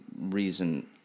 reason